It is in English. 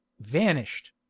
vanished